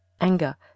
anger